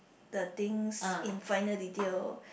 the things in finer detail